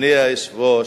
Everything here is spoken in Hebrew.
אדוני היושב-ראש,